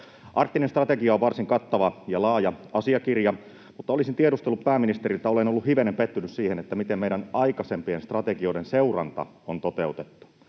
Arktinen strategia on varsin kattava ja laaja asiakirja, mutta olisin tiedustellut pääministeriltä — olen ollut hivenen pettynyt siihen, miten meidän aikaisempien strategioiden seuranta on toteutettu